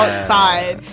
ah side.